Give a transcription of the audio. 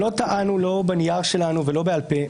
שלא טענו לא בנייר שלנו ולא בעל-פה,